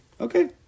Okay